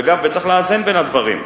וצריך לאזן בין הדברים.